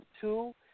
two